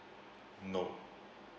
nope